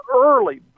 early